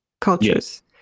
cultures